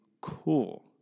cool